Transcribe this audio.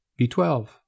B12